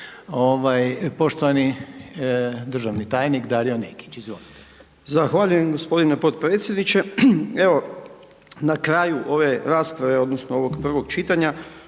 Poštovani državni tajnik Darko Nekić, izvolite. **Nekić, Darko** Zahvaljujem g. potpredsjedniče. Evo na kraju ove rasprave odnosno ovog prvog čitanja,